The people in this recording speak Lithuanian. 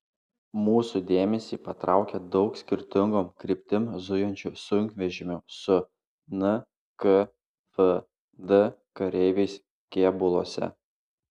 mūsų dėmesį patraukė daug skirtingom kryptim zujančių sunkvežimių su nkvd kareiviais kėbuluose